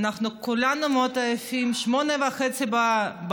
אנחנו כולנו מאוד עייפים, מ-08:30.